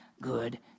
good